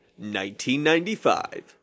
1995